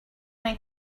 make